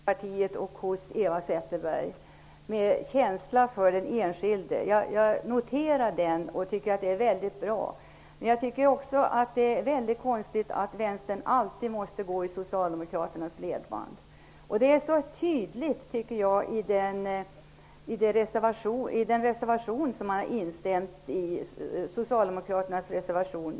Herr talman! Jag noterar den goda viljan, med känsla för den enskilde, hos Vänsterpartiet och Eva Zetterberg. Jag tycker att det är väldigt bra. Jag tycker också att det är konstigt att Vänsterpartiet alltid måste gå i Socialdemokraternas ledband. Det är så tydligt i den socialdemokratiska reservationen 1, som man har anslutit sig till.